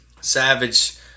savage